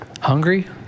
Hungry